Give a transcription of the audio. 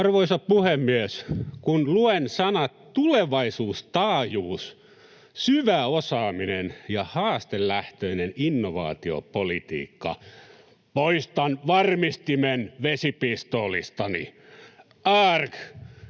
Arvoisa puhemies! Kun luen sanat ”tulevaisuustaajuus”, ”syväosaaminen” ja ”haastelähtöinen innovaatiopolitiikka”, poistan varmistimen vesipistoolistani. Aargh!